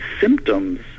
symptoms